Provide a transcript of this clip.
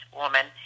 woman